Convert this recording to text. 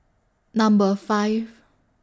Number five